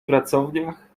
pracowniach